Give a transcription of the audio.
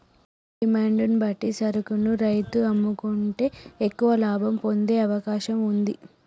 demand ను బట్టి సరుకును రైతు అమ్ముకుంటే ఎక్కువ లాభం పొందే అవకాశం వుంది